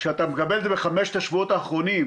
כשאתה מקבל את זה בחמשת השבועות האחרונים